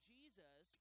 Jesus